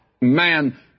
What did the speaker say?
Man